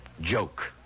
joke